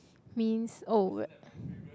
means oh